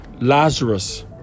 Lazarus